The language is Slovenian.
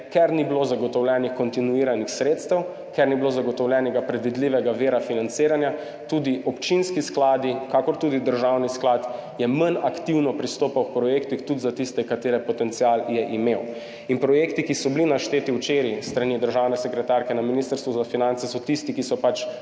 ker ni bilo zagotovljenih kontinuiranih sredstev, ker ni bilo zagotovljenega predvidljivega vira financiranja, so tudi občinski skladi in državni sklad manj aktivno pristopali k projektom, tudi k tistim, ki so imeli potencial. Projekti, ki so bili našteti včeraj s strani državne sekretarke na Ministrstvu za finance, so tisti, ki so pač